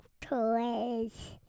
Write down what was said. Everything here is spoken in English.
toys